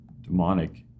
demonic